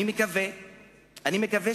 אני מקווה שנופתע,